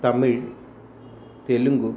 Tamil Telugu